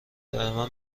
دائما